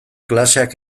klaseak